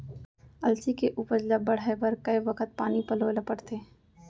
अलसी के उपज ला बढ़ए बर कय बखत पानी पलोय ल पड़थे?